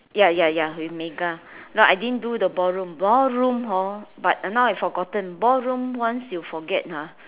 ya ya ya with Mika no I didn't do the ballroom ballroom hor but now I forgotten ballroom once you forget ah